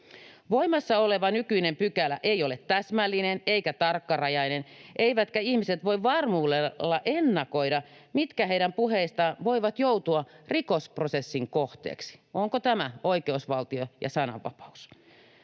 Voimassa oleva nykyinen pykälä ei ole täsmällinen eikä tarkkarajainen, eivätkä ihmiset voi varmuudella ennakoida, mitkä heidän puheistaan voivat joutua rikosprosessin kohteeksi. — Ovatko oikeusvaltio ja sananvapaus